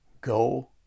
go